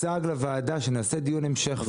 שנעשה דיון המשך,